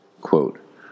Quote